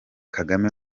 kagame